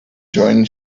joined